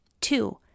Two